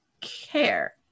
care